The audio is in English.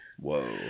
Whoa